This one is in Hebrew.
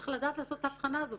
צריך לדעת לעשות את ההבחנה הזאת,